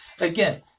again